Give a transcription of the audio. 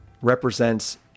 represents